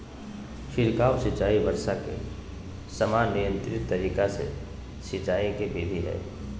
छिड़काव सिंचाई वर्षा के समान नियंत्रित तरीका से सिंचाई के विधि हई